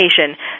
education